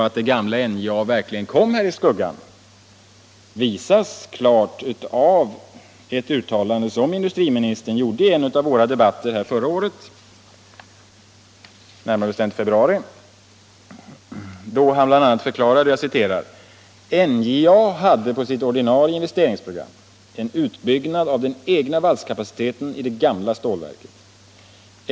Att det gamla NJA verkligen kommer i skuggan visas klart av ett uttalande som industriministern gjorde i en av våra debatter här förra året, närmare bestämt i februari, då han bl.a. förklarade: ”NJA hade på sitt ordinarie investeringsprogram en utbyggnad av den egna valsningskapaciteten i det ”gamla” stålverket.